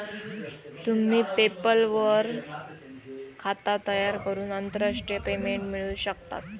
तुम्ही पेपल वर खाता तयार करून आंतरराष्ट्रीय पेमेंट मिळवू शकतास